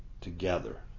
together